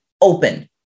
open